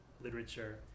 literature